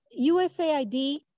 USAID